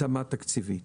התאמה תקציבית.